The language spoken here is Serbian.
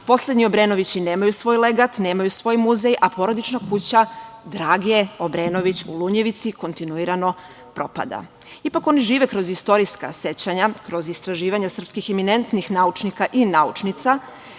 Poslednji Obrenovići nemaju svoj legat, nemaju svoj muzej, a porodična kuća Drage Obrenović u Lunjevici, kontinuirano propada. Ipak, oni žive kroz istorijska sećanja, kroz istraživanje srpskih eminentnih naučnika i naučnica